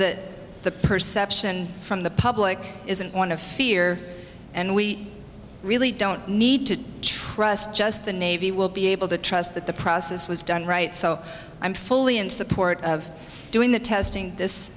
that the perception from the public isn't one of fear and we really don't need to trust just the navy will be able to trust that the process was done right so i'm fully in support of doing the testing this